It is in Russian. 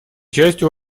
частью